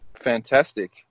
Fantastic